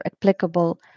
applicable